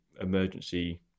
emergency